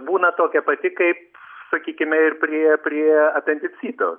būna tokia pati kaip sakykime ir prie prie apendicito